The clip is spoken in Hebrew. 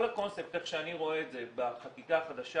כל הקונספט איך שאני רואה את זה בחקיקה החדשה